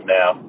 now